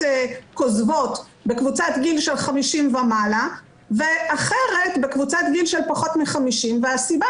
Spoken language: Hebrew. כוזבות בקבוצת גיל של 50 ומעלה ואחרת בקבוצת גיל של פחות מ-50 והסיבה